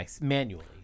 manually